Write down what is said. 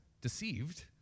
deceived